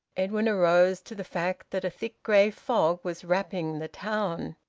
edwin arose to the fact that a thick grey fog was wrapping the town.